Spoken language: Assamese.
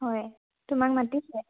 হয় তোমাক মাতিছে